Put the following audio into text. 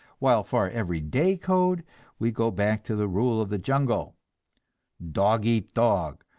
while for our every-day code we go back to the rule of the jungle dog eat dog,